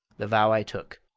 the vow i took,